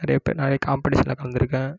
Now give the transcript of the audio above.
நிறைய பேர் நிறைய காம்படிஷனில் கலந்திருக்கேன்